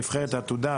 נבחרת העתודה,